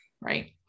Right